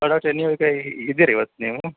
ಹಾಂ ಡಾಕ್ಟ್ರೆ ನೀವು ಈಗ ಇದ್ದೀರಾ ಇವತ್ತು ನೀವು